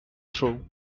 through